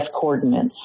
coordinates